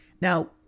Now